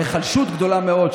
או היחלשות גדולה מאוד,